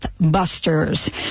busters